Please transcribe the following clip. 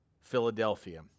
Philadelphia